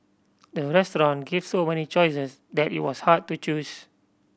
the restaurant gave so many choices that it was hard to choose